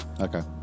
Okay